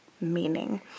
meaning